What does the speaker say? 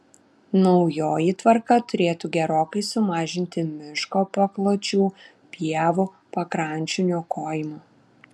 naujoji tvarka turėtų gerokai sumažinti miško pakločių pievų pakrančių niokojimą